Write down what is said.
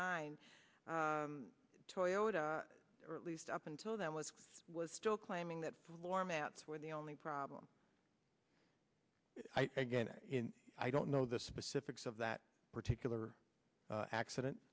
nine toyota or at least up until then was was still claiming that floor mats were the only problem i again i don't know the specifics of that particular accident